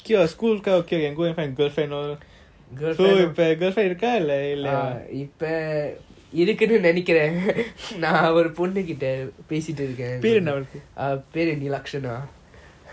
okay lah school quite okay can go and find girlfriend all so இப்போ இருக்க இல்ல இல்லையா பெரு என்ன அவளுக்கு:ipo iruka illa illaya peru enna avaluku